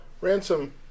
Ransom